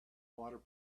water